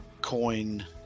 coin